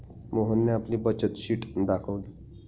मोहनने आपली बचत शीट दाखवली